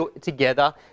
together